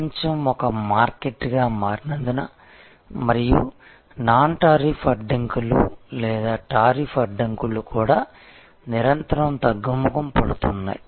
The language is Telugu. ప్రపంచం ఒక మార్కెట్గా మారినందున మరియు నాన్టారిఫ్ అడ్డంకులు లేదా టారిఫ్ అడ్డంకులు కూడా నిరంతరం తగ్గుముఖం పడుతున్నాయి